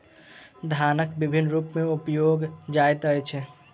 धनक विभिन्न रूप में उपयोग जाइत अछि